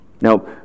Now